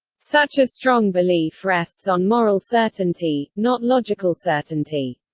such a strong belief rests on moral certainty, not logical certainty.